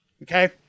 Okay